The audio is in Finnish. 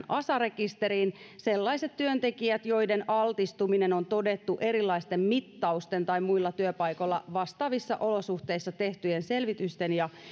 asa rekisteriin sellaiset työntekijät joiden altistuminen on todettu erilaisten mittausten tai muilla työpaikoilla vastaavissa olosuhteissa tehtyjen selvitysten ja